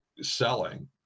selling